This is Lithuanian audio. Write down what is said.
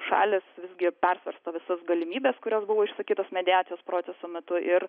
šalys visgi persvarsto visas galimybes kurios buvo išsakytos mediacijos proceso metu ir